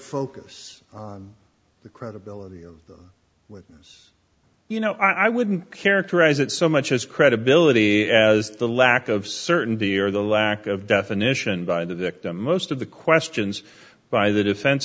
focus on the credibility of the witness you know i wouldn't characterize it so much as credibility as the lack of certainty or the lack of definition by the victim most of the questions by the defen